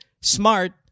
smart